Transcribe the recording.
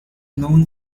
known